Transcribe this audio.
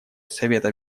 совета